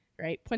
right